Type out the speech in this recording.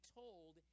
told